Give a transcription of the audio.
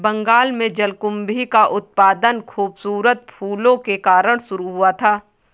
बंगाल में जलकुंभी का उत्पादन खूबसूरत फूलों के कारण शुरू हुआ था